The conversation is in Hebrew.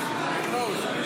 פינדרוס, פינדרוס.